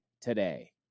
today